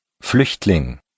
Flüchtling